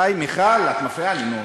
שלא יגיד, די, מיכל, את מפריעה לי.